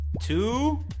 two